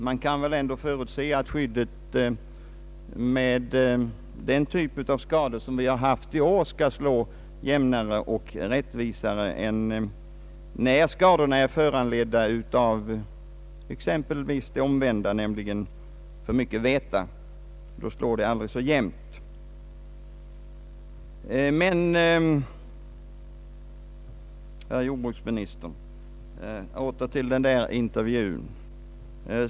Man kan väl ändå förutse att skyddet skall slå jämnare och rättvisare med den typ av skador som vi haft i år än när skadorna är föranledda av exempelvis motsatsen, nämligen för mycket väta. Då slår det som regel mera lotteribetonat. Men, herr jordbruksminister, åter till den där intervjun!